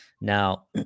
now